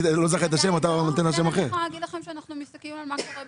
אנחנו מסתכלים על מה שקורה בשטח,